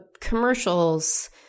commercials